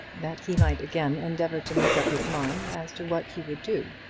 that he might again endeavour to make up his mind as to what he would do.